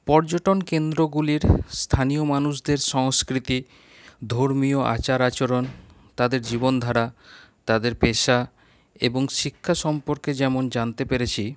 পর্যটন কেন্দ্রগুলির স্থানীয় মানুষদের সংস্কৃতি ধর্মীয় আচার আচরণ তাদের জীবন ধারা তাদের পেশা এবং শিক্ষা সম্পর্কে যেমন জানতে পেরেছি